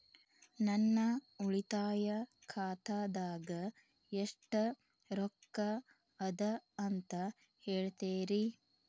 ನನ್ನ ಉಳಿತಾಯ ಖಾತಾದಾಗ ಎಷ್ಟ ರೊಕ್ಕ ಅದ ಅಂತ ಹೇಳ್ತೇರಿ?